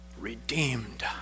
redeemed